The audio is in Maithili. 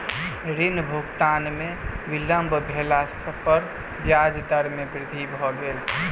ऋण भुगतान में विलम्ब भेला पर ब्याज दर में वृद्धि भ गेल